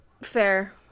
Fair